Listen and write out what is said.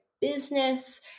business